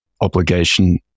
obligation